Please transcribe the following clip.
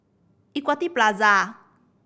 Equity Plaza